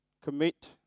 commit